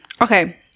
Okay